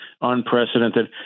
unprecedented